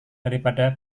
daripada